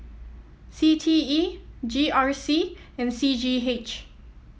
C T E G R C and C G H